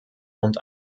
und